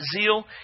zeal